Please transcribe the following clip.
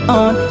on